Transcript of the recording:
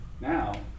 Now